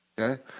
Okay